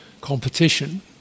Competition